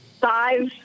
five